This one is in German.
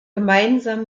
gemeinsam